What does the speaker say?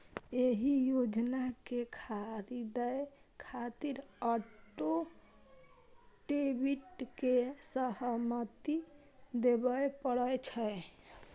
एहि योजना कें खरीदै खातिर ऑटो डेबिट के सहमति देबय पड़ै छै